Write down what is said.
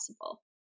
possible